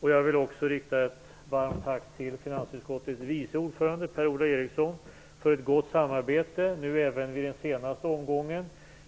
Jag vill också rikta ett varmt tack till finansutskottets vice ordförande Per-Ola Eriksson för ett gott samarbete, nu även vid den senaste omgången.